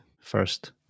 first